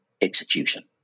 execution